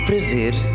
prazer